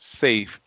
safe